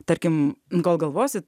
tarkim kol galvosit